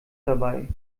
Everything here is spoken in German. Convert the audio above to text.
dabei